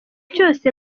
cyose